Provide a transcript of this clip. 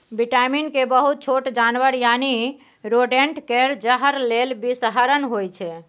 vitamin K बहुत छोट जानबर यानी रोडेंट केर जहर लेल बिषहरण होइ छै